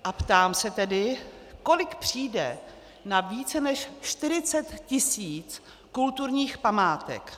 A ptám se tedy, kolik přijde na více než 40 tisíc kulturních památek?